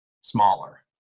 smaller